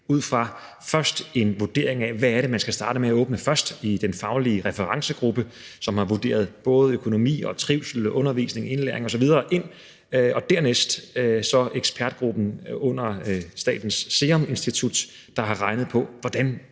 ud fra en vurdering af, hvad det er, man skal starte med at åbne først, i den faglige referencegruppe, som har vurderet både økonomi, trivsel, undervisning, indlæring osv. ind, og dernæst så ekspertgruppen under Statens Serum Institut, der har regnet på, hvordan